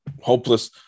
hopeless